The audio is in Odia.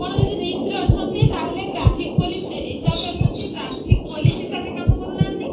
ଆପଣ ଯଦି ରିକ୍ସରେ ଅଛନ୍ତି ତାହେଲେ ଟ୍ରାଫିକ୍ ପୋଲିସ୍ ହିସାବରେ ଅଛନ୍ତି ଟ୍ରାଫିକ୍ ପୋଲିସ୍ ହିସାବରେ କାମ କରୁନାହାନ୍ତି